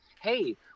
hey